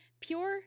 pure